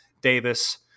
Davis